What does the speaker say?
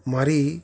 મારી